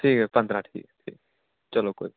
ठीक ऐ पंदरां ठीक ऐ चलो कोई नी